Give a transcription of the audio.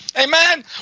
Amen